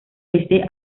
pese